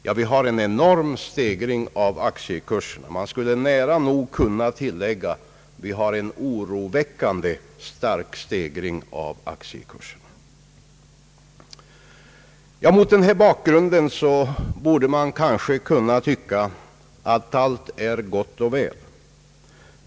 Det har skett en enorm stegring av aktiekurserna. Man skulle nära nog kunna säga att vi har en oroväckande stark stegring av aktiekurserna. Mot denna bakgrund borde man kanske kunna tycka att allt är gott och väl.